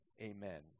Amen